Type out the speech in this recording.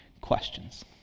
questions